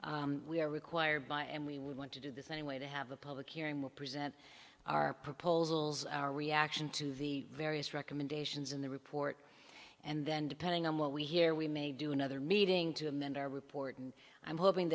meeting we are required by and we would want to do this anyway to have a public hearing will present our proposals our reaction to the various recommendations in the report and then depending on what we hear we may do another meeting to amend our report and i'm hoping